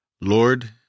Lord